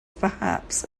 perhaps